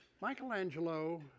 Michelangelo